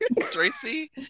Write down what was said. Tracy